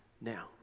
now